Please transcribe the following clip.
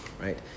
right